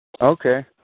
Okay